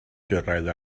gyrraedd